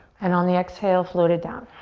and on the exhale, float it down.